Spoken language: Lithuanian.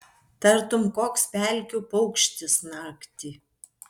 tartum koks pelkių paukštis naktį